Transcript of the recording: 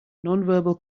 nonverbal